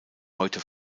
heute